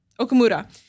Okamura